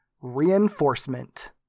reinforcement